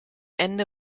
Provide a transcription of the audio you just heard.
ende